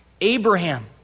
Abraham